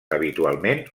habitualment